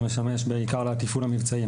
שמשמש בעיקר לתפעול המבצעי,